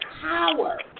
power